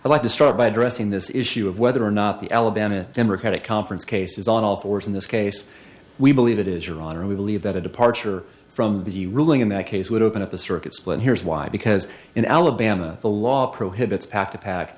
allowed to start by addressing this issue of whether or not the alabama democratic conference case is on all fours in this case we believe it is your honor we believe that a departure from the ruling in that case would open up the circuits but here's why because in alabama the law prohibits pack to pack